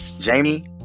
Jamie